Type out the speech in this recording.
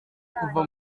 kuva